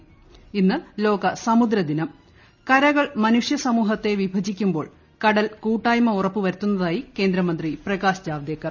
പ് ഇന്ന് ലോക സമുദ്ര ദിനം കരകൾ മനുഷ്യ സമൂഹത്തെ വിഭജിക്കുമ്പോൾ കടൽ കൂട്ടായ്മ ഉറപ്പു വരുത്തുന്നതായി കേന്ദ്രമന്ത്രി പ്രകാശ് ജാവ്ദേക്കർ